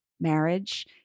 marriage